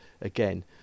again